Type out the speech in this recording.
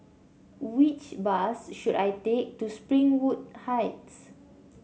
which bus should I take to Springwood Heights